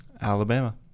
alabama